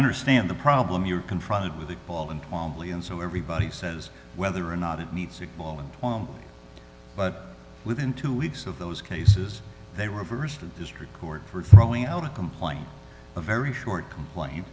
understand the problem you're confronted with the ball and calmly and so everybody says whether or not it meets the ball and but within two weeks of those cases they reversed the district court for throwing out a complaint a very short complain